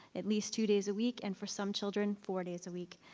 at least two days a week, and for some children, four days a week.